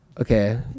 okay